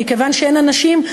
כיוון שאין אנשים,